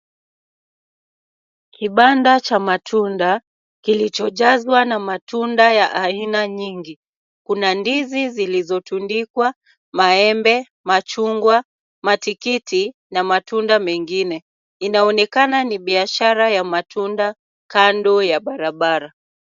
Kibanda cha matunda, kilichojazwa na matunda ya aina nyingi. Kuna ndizi zilizotundikwa, maembe, machungwa, matikiti, na matunda mengine. Inaonekana ni biashara ya matunda, kando ya barabara.